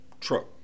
truck